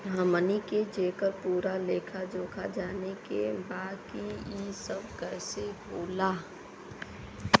हमनी के जेकर पूरा लेखा जोखा जाने के बा की ई सब कैसे होला?